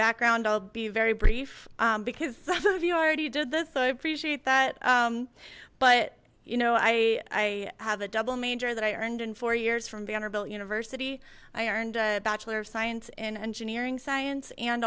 background i'll be very brief because those of you already did this so i appreciate that but you know i have a double major that i earned in four years from vanderbilt university i earned a bachelor of science in engineering science and